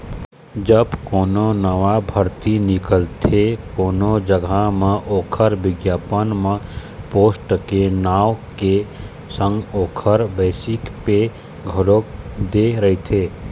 जब कोनो नवा भरती निकलथे कोनो जघा म ओखर बिग्यापन म पोस्ट के नांव के संग ओखर बेसिक पे घलोक दे रहिथे